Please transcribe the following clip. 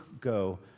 go